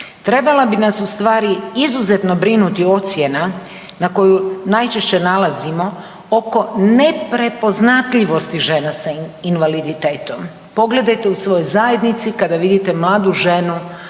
Trebala bi nas ustvari izuzetno brinuti ocjena na koju najčešće nalazimo oko neprepoznatljivosti žena s invaliditetom. Pogledate u svojoj zajednici kada vidite mladu ženu